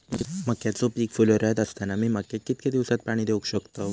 मक्याचो पीक फुलोऱ्यात असताना मी मक्याक कितक्या दिवसात पाणी देऊक शकताव?